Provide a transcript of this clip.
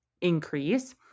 increase